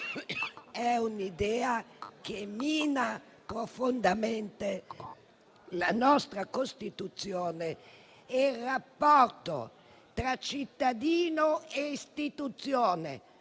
l'idea che avete mina profondamente la nostra Costituzione e il rapporto tra cittadino e istituzione,